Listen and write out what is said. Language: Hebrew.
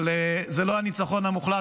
אבל זה לא הניצחון המוחלט.